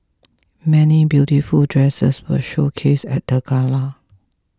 many beautiful dresses were showcased at the gala